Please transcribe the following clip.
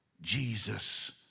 Jesus